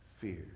fear